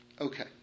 Okay